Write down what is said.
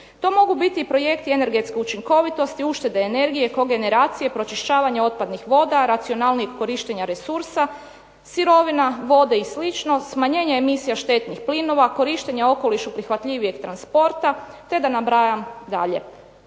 To mogu biti i projekti energetske učinkovitosti, uštede energije, kogeneracije i pročišćavanja otpadnih voda, racionalnijeg korištenja resursa, sirovina, vode i slično, smanjenja emisija štetnih plinova, korištenja okolišu prihvatljivijeg transporta, te da ne nabrajam dalje.